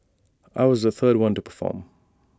I was the third one to perform